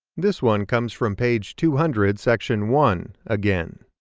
this one comes from page two hundred section one again.